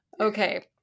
Okay